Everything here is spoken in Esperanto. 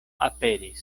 aperis